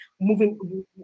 moving